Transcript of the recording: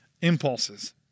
impulses